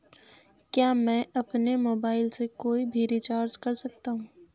क्या मैं अपने मोबाइल से कोई भी रिचार्ज कर सकता हूँ?